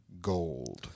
gold